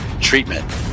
treatment